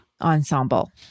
ensemble